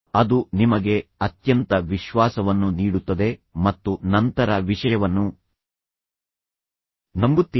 ಅದು ನಿಮಗೆ ಅತ್ಯಂತ ವಿಶ್ವಾಸವನ್ನು ನೀಡುತ್ತದೆ ಮತ್ತು ನಂತರ ವಿಷಯವನ್ನು ನಂಬುತ್ತೀರಿ